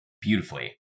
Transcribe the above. beautifully